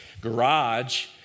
garage